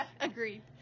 Agreed